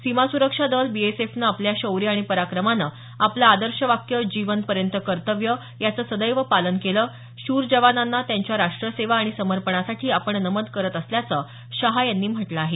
सीमा सुरक्षा दल बीएसएफने आपल्या शौर्य आणि पराक्रमाने आपले आदर्श वाक्य जीवन पर्यंत कर्तव्य याचं सदैव पालन केलं शूर जवानांना त्यांच्या राष्ट्रसेवा आणि समर्पणासाठी आपण नमन करत असल्याचं शहा यांनी म्हटलं आहे